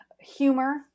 Humor